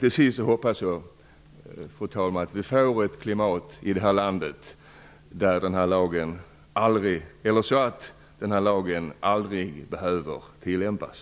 Till sist hoppas jag att vi får ett sådant klimat i Sverige så att denna lag aldrig behöver tillämpas.